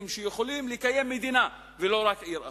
שיכולים לקיים מדינה ולא רק עיר אחת.